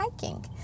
hiking